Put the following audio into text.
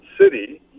city